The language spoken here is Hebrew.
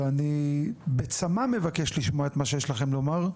ואני בצמא מבקש לשמוע את מה שיש לכם לומר.